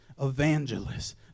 evangelists